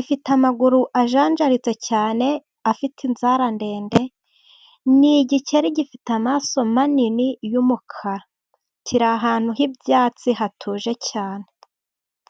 ifite amaguru ajanjaritse cyane afite inzara ndende. Ni igikeri gifite amaso manini y'umukara kiri ahantu h'ibyatsi hatuje cyane.